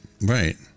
Right